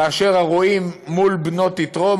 כאשר הרועים מול בנות יתרו,